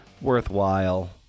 worthwhile